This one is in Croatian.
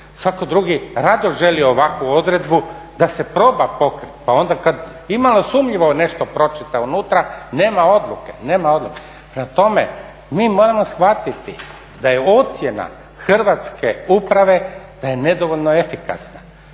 svatko drugi rado želi ovakvu odredbu da se proba pokriti pa onda kad imalo sumnjivo nešto pročita unutra nema odluke. Prema tome, mi moramo shvatiti da je ocjena hrvatske uprave da je nedovoljno efikasna.